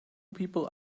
people